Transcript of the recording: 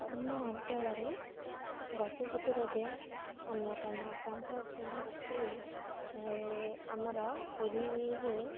ଆମ ଅଞ୍ଚଳରେ ଗଜପତି ରାଜା ଅନ୍ୟତମ ତାଙ୍କ ସେ ଆମର ପୁରୀରେ